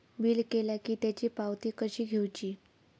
Bill केला की त्याची पावती कशी घेऊची?